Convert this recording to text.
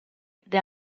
the